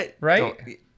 right